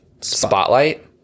spotlight